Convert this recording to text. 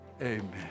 amen